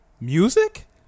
music